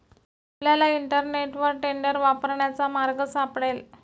आपल्याला इंटरनेटवर टेंडर वापरण्याचा मार्ग सापडेल